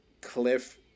cliff